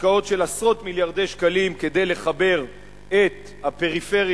השקעות של עשרות מיליארדי שקלים כדי לחבר את הפריפריה